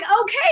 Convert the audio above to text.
okay